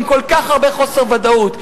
עם כל כך הרבה חוסר ודאות,